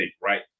right